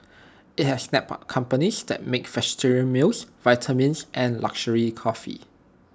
IT has snapped up companies that make vegetarian meals vitamins and luxury coffee